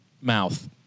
Mouth